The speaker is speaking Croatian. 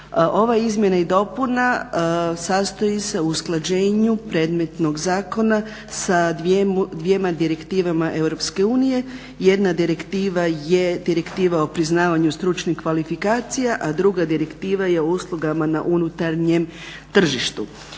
Ova izmjena i dopuna sastoji se u usklađenju predmetnog zakona sa dvjema direktivama Europske unije. Jedna direktiva je direktiva o priznavanju stručnih kvalifikacija, a druga direktiva je o uslugama na unutarnjem tržištu.